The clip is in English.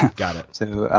got it. so